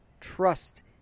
trust